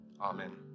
Amen